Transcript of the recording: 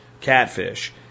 catfish